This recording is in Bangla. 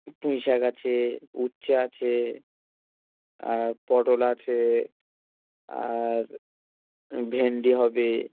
পুঁই শাক আছে উচ্ছে আছে আর পটল আছে আর ভেন্ডি হবে